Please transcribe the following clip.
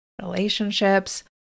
relationships